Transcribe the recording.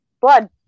blood